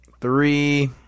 Three